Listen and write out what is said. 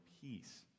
peace